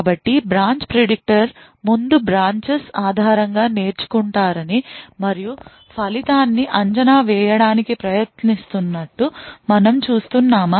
కాబట్టి branch predictor ముందు branches ఆధారంగా నేర్చుకుంటున్నారని మరియు ఫలితాన్ని అంచనా వేయడానికి ప్రయత్నిస్తున్నట్లు మనం చూస్తున్నామా